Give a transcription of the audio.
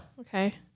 Okay